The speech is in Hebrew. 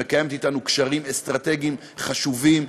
שמקיימת אתנו קשרים אסטרטגיים חשובים,